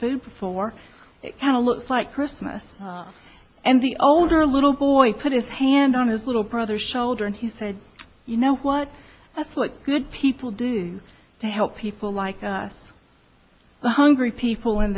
food before it kind of looks like christmas and the older little boy put his hand on his little brother shoulder and he said you know what that's what good people do to help people like us the hungry people in